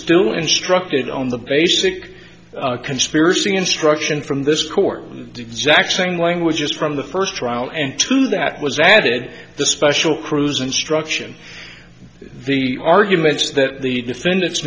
still instructed on the basic conspiracy instruction from this court exact same language just from the first trial and two that was added the special cruise instruction the arguments that the defendant